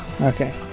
Okay